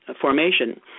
formation